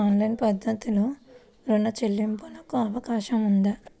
Online పద్ధతిలో రుణ చెల్లింపునకు అవకాశం ఉందా?